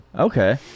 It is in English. okay